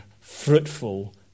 fruitful